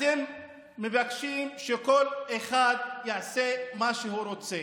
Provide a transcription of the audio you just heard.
אתם מבקשים שכל אחד יעשה מה שהוא רוצה.